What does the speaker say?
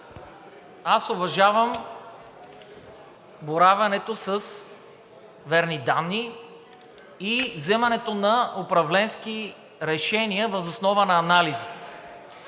аз уважавам боравенето с верни данни и вземането на управленски решения въз основа на анализи.